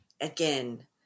again